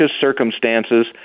circumstances